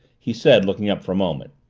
he said, looking up for a moment.